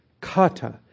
kata